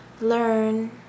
learn